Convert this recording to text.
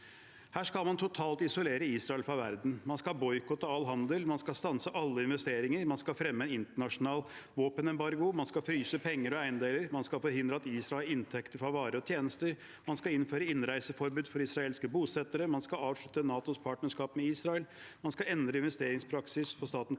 Her skal man totalt isolere Israel fra verden. Man skal boikotte all handel, man skal stanse alle investeringer, man skal fremme internasjonal våpenembargo, man skal fryse penger og eiendeler, man skal forhindre Israel inntekter fra varer og tjenester, man skal innføre innreiseforbud for israelske bosettere, man skal avslutte NATOs partnerskap med Israel, man skal endre investeringspraksis for Statens